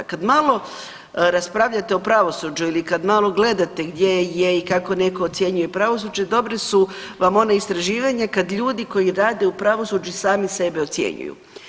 Kad malo raspravljate o pravosuđu ili kad malo gledate gdje je i kako neko ocjenjuje pravosuđe dobra su vam ona istraživanja kad ljudi koji rade u pravosuđu sami sebe ocjenjuju.